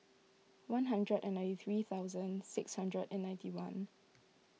one hundred and ninety three thousand six hundred and ninety one